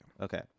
Okay